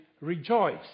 rejoice